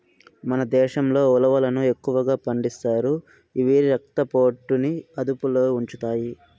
మన దేశంలో ఉలవలను ఎక్కువగా పండిస్తారు, ఇవి రక్త పోటుని అదుపులో ఉంచుతాయి